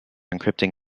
encrypting